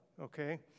Okay